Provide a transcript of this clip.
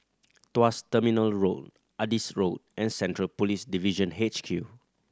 Tuas Terminal Road Adis Road and Central Police Division H Q